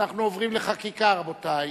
אנחנו עוברים לחקיקה, רבותי.